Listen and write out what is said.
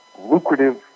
lucrative